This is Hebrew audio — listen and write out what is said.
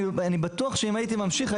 אני בטוח שאם הייתי ממשיך,